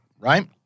Right